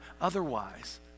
otherwise